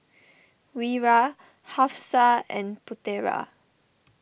Wira Hafsa and Putera